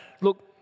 look